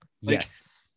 Yes